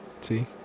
see